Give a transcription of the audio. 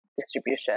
distribution